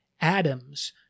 atoms